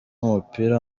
w’umupira